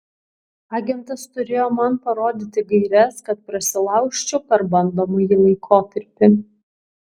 agentas turėjo man parodyti gaires kad prasilaužčiau per bandomąjį laikotarpį